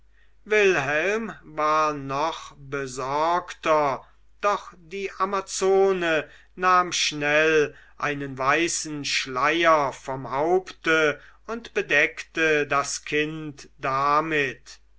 wilhelm war noch besorgter doch die amazone nahm schnell einen weißen schleier vom haupte und bedeckte das kind damit